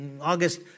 August